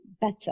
better